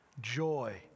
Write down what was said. joy